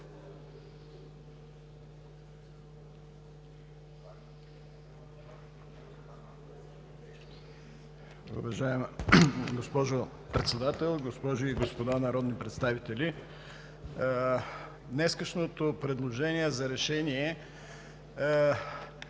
Уважаема госпожо Председател, госпожи и господа народни представители! Днешното предложение за Решение